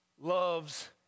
loves